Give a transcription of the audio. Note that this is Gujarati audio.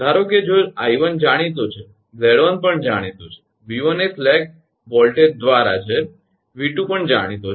ધારો કે જો 𝐼1 જાણીતો છે 𝑍1 પણ જાણીતો છે 𝑉1 એ સ્લેક વોલ્ટેજ દ્વારા છે 𝑉2 પણ જાણીતો છે